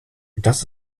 dass